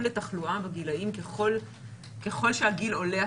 לתחלואה בגילים ככל שהגיל עולה,